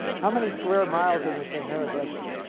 how many square miles in the sahara desert?